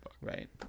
right